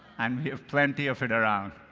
and we have plenty of it around.